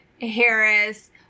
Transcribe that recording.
Harris